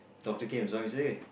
doctor came and say